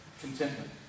Contentment